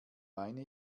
meine